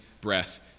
breath